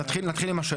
אז נתחיל מהשאלות,